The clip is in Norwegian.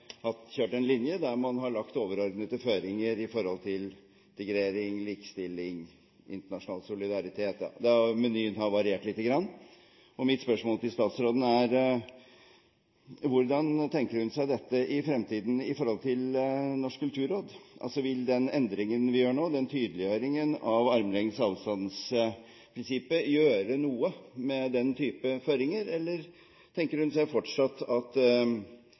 kjørt en linje der man har lagt overordnede føringer med hensyn til integrering, likestilling, internasjonal solidaritet – da har menyen havarert litt. Mine spørsmål til statsråden er: Hvordan tenker hun seg dette i fremtiden i forhold til Norsk kulturråd? Vil den endringen, den tydeliggjøringen, vi nå gjør av armlengdes-avstand-prinsippet, gjøre noe med den type føringer, eller tenker hun seg at departementet fortsatt